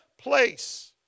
place